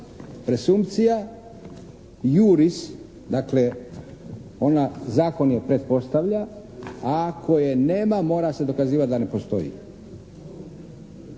presumpcija juris. Dakle, ona zakon je pretpostavlja, a ako je nema mora se dokazivati da ne postoji.